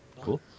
cool